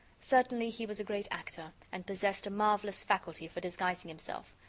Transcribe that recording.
certainly, he was a great actor, and possessed a marvelous faculty for disguising himself.